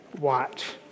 watch